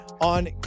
on